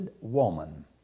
woman